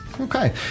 Okay